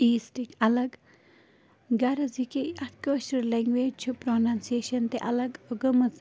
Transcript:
ایٖسٹٕکۍ الگ غرض یہِ کہِ اَتھ کٲشُر لنگویج چھِ پرٛوننسیشن تہِ الگ گٔمٕژ